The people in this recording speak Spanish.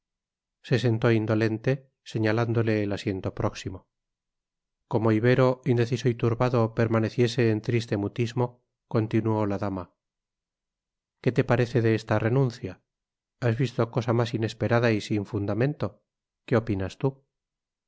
se sentó indolente señalándole el asiento próximo como ibero indeciso y turbado permaneciese en triste mutismo continuó la dama qué te parece de esta renuncia has visto cosa más inesperada y sin fundamento qué opinas tú